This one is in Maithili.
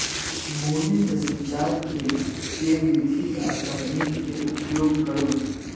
मूली केँ सिचाई केँ के विधि आ तकनीक केँ उपयोग करू?